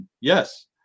yes